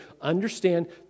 understand